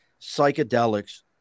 psychedelics